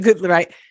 right